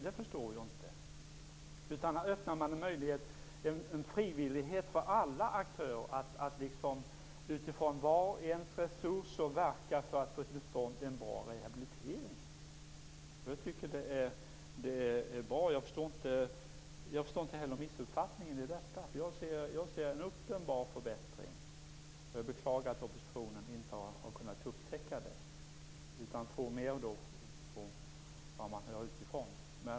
Det förstår jag inte. Här öppnar man en möjlighet och en frivillighet för alla aktörer att utifrån var och ens resurser verka för att få till stånd en bra rehabilitering. Jag tycker att det är bra. Jag förstår inte heller var missuppfattningen ligger. Jag ser en uppenbar förbättring, och jag beklagar att oppositionspartierna inte har kunnat upptäcka den. Man tror tydligen mera på det som man hör utifrån.